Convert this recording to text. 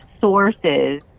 sources